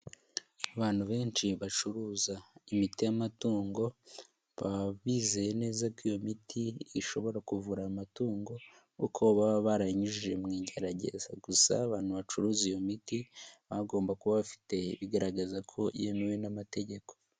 Abantu benshi bacuruza imiti y'amatungo baba bizeye neza ko iyo miti ishobora kuvura amatungo, kuko baba baranyujije mu igerageza, gusa abantu bacuruza iyo miti bagomba kuba bafite bigaragaza ko yemewe n'amategeko.